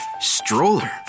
Stroller